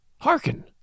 Hearken